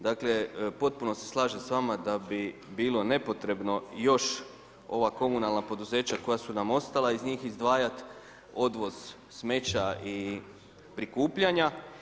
Dakle potpuno se slažem s vama da bi bilo nepotrebno još ova komunalna poduzeća koja su nam ostala iz njih izdvajat odvoz smeća i prikupljanja.